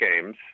games